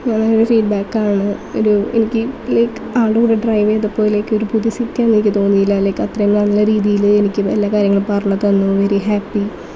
നല്ലൊരു ഫീഡ്ബാക്ക് ആണ് ഒരു എനിക്ക് ലൈക്ക് ആളുടെ കൂടെ ഡ്രൈവ് ചെയ്തപ്പോൾ ലൈക്ക് ഒരു പുതു സിറ്റിയാണെന്ന് എനിക്ക് തോന്നിയില്ല ലൈക്ക് അത്രയും നല്ല രീതിയിള് എനിക്ക് എല്ലാ കാര്യങ്ങളും പറഞ്ഞുതന്നു വെരി ഹാപ്പി